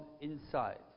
inside